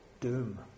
doom